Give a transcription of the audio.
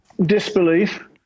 Disbelief